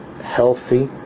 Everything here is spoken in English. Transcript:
healthy